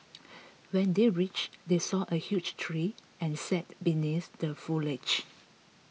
when they reached they saw a huge tree and sat beneath the foliage